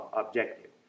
objective